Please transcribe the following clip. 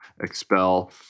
expel